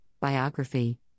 Biography